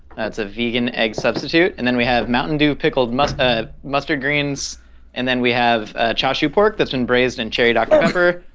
that's a vegan egg substitute and then we have mountain dew picked mustard ah mustard greens and then we have chashu pork that's been braised in cherry dr. pepper.